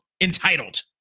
entitled